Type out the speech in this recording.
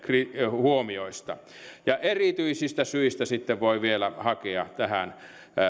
huomioista ja erityisistä syistä sitten voi vielä hakea tähän